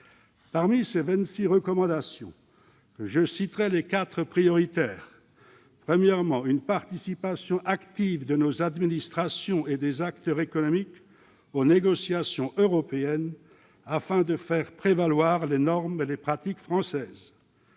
Parmi ces vingt-six recommandations, je citerai les quatre prioritaires. Premièrement, la participation active de nos administrations et des acteurs économiques aux négociations européennes pour faire prévaloir les normes et les pratiques françaises.